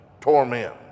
torment